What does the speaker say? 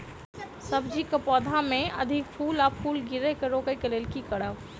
सब्जी कऽ पौधा मे अधिक फूल आ फूल गिरय केँ रोकय कऽ लेल की करब?